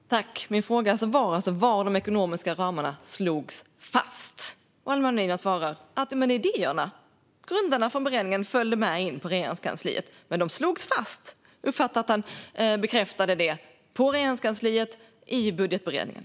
Herr ålderspresident! Min fråga var alltså: Var slogs de ekonomiska ramarna fast? Allan Widman svarar att idéerna, grunderna från beredningen, följde med in i Regeringskansliet. Men de slogs fast - jag uppfattar att han bekräftar det - i Regeringskansliet, i budgetberedningen.